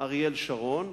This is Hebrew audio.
אריאל שרון,